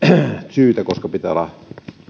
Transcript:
syytä koska pitää olla